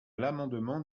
l’amendement